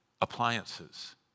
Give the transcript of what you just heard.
appliances